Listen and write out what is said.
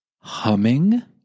humming